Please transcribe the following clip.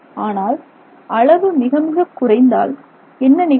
ஆனால் அளவு மிக மிகக் குறைந்தால் என்ன நிகழும்